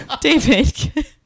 David